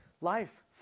life